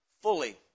Fully